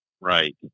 Right